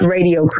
Radio